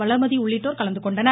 வளர்மதி உள்ளிட்டோர் கலந்துகொண்டனர்